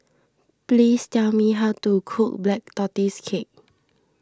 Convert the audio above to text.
please tell me how to cook Black Tortoise Cake